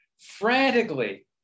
frantically